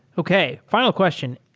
okay, fi nal question.